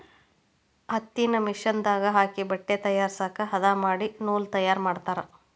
ಹತ್ತಿನ ಮಿಷನ್ ದಾಗ ಹಾಕಿ ಬಟ್ಟೆ ತಯಾರಸಾಕ ಹದಾ ಮಾಡಿ ನೂಲ ತಯಾರ ಮಾಡ್ತಾರ